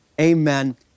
amen